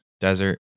desert